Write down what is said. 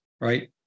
right